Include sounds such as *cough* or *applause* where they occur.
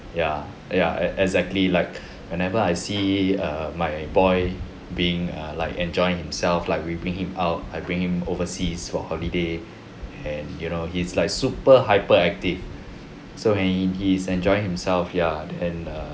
ya ya ex~ exactly like *breath* whenever I see err my boy being err like enjoying himself like we bring him out I bring him overseas for holiday and you know he's like super hyper active so when he is enjoying himself ya and